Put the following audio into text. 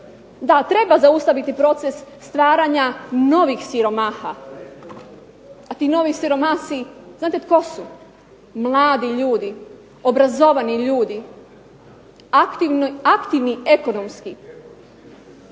Da, treba zaustaviti proces stvaranja novih siromaha, a ti novi siromasi znate tko su? Mladi ljudi, obrazovani ljudi, aktivni ekonomski.